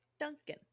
Duncan